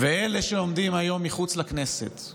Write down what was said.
ואלה שעומדים היום מחוץ לכנסת,